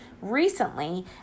recently